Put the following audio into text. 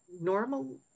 normal